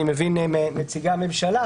אני מבין מנציגי הממשלה,